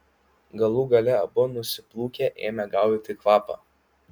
galų gale abu nusiplūkę ėmė gaudyti kvapą